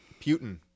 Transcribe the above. Putin